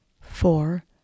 four